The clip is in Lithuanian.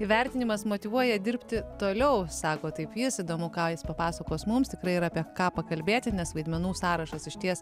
įvertinimas motyvuoja dirbti toliau sako taip jis įdomu ką jis papasakos mums tikrai yra apie ką pakalbėti nes vaidmenų sąrašas išties